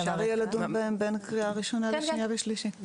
אפשר יהיה לדון בהם בין הקריאה הראשונה לשנייה ושלישית.